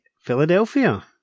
Philadelphia